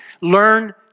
Learn